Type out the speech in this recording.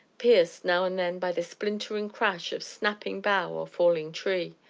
pierced, now and then, by the splintering crash of snapping bough or falling tree.